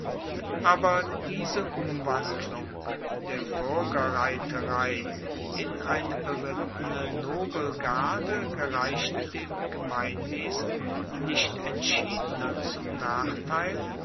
aber diese umwandlung der buergerreiterei in eine berittene nobelgarde gereichte dem gemeinwesen nicht entschiedener zum nachteil